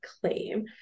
claim